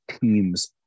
teams